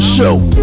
Show